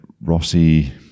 Rossi